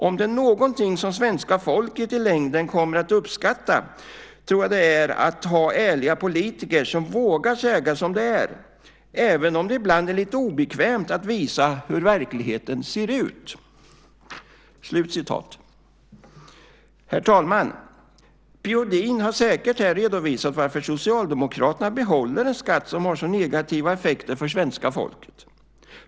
Om det är någonting som svenska folket i längden kommer att uppskatta, tror jag, så är det att ha ärliga politiker som vågar säga som det är, även om det ibland är lite obekvämt att visa hur verkligheten ser ut." Herr talman! P.-O. Edin har säkert här redovisat varför Socialdemokraterna behåller en skatt som har så negativa effekter för svenska folket.